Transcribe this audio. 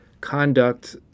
conduct